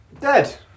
Dead